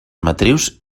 matrius